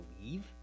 believe